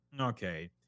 okay